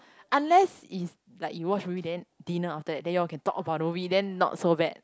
unless is like you watch movie then dinner after that then you'll can talk about the movie then not so bad